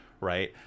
right